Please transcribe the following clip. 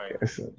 Yes